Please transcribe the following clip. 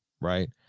right